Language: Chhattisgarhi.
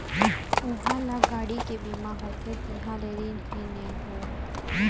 उहां ल गाड़ी के बीमा होथे तिहां ले रिन हें नई हों